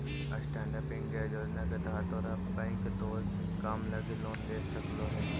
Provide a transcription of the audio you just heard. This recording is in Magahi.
स्टैन्ड अप इंडिया योजना के तहत तोरा बैंक तोर काम लागी लोन दे सकलो हे